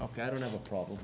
ok i don't have a problem